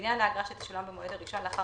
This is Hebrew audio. לעניין האגרה שתשולם במועד הראשון לאחר